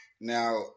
Now